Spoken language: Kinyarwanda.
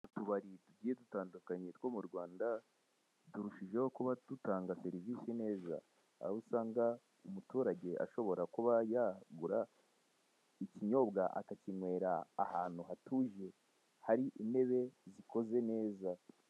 Utubari tugiye dutandukanye two mu Rwanda, turushijeho kuba dutanga serivisi neza; aho usanga umuturage ashobora kuba yagura ikinyobwa akikinywera ahantu hatuje, hari intebe zikoze neza.